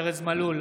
ארז מלול,